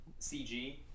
cg